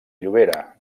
llobera